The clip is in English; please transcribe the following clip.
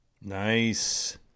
Nice